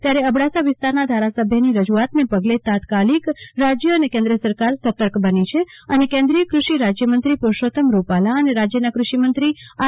ત્યારે અબડાસા વિસ્તારના ધારા સભ્યની રજુઆતને પગલે તાત્કાલિક રાજય અને કેન્દ્ર સરકાર સર્તક બની છે અને કેન્દ્રીય કૃષિ રાજયમંત્રી પુરુષોત્તમ રૂપાલા અને રાજયના કૃષિમંત્રી આર